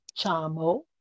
Chamo